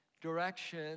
direction